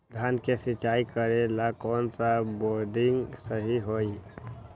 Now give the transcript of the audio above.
धान के सिचाई करे ला कौन सा बोर्डिंग सही होई?